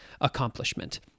accomplishment